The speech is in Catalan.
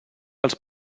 els